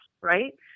right